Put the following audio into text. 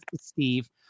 Steve